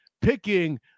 picking